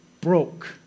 broke